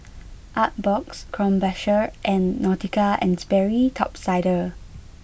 Artbox Krombacher and Nautica and Sperry Top Sider